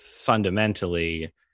fundamentally